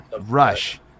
rush